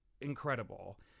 incredible